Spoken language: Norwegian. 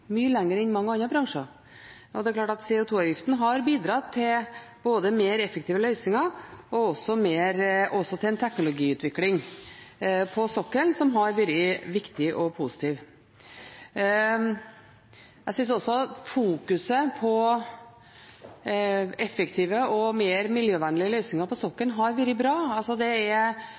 mye lenger enn mange andre bransjer. Det er klart at CO2-avgiften har bidratt til både mer effektive løsninger og til en teknologiutvikling på sokkelen som har vært viktig og positiv. Jeg synes også at fokuseringen på effektive og mer miljøvennlige løsninger på sokkelen har vært bra.